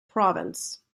province